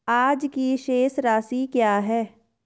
आज की शेष राशि क्या है?